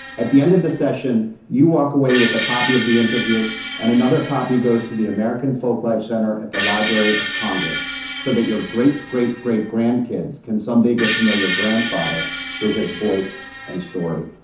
at the end of the session, you walk away with a copy of the interview and another copy goes to the american folklife center at the library of congress so that your great-great-great-grandkids can someday get to know your grandfather through his voice and story.